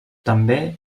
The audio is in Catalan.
també